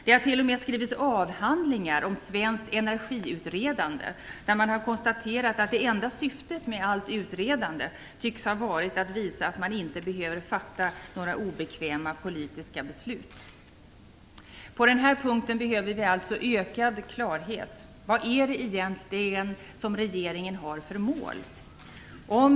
Det har t.o.m. skrivits avhandlingar om svenskt energiutredande där man har konstaterat att det enda syftet med allt utredande tycks ha varit att visa att man inte behöver fatta några obekväma politiska beslut. Vi behöver alltså ökad klarhet på den här punkten. Vad har regeringen egentligen för mål?